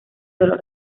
dolor